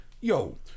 yo